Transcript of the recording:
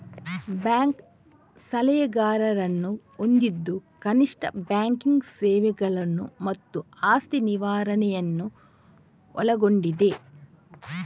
bank ಸಲಹೆಗಾರರನ್ನು ಹೊಂದಿದ್ದು ಕನಿಷ್ಠ ಬ್ಯಾಂಕಿಂಗ್ ಸೇವೆಗಳನ್ನು ಮತ್ತು ಆಸ್ತಿ ನಿರ್ವಹಣೆಯನ್ನು ಒಳಗೊಂಡಿದೆ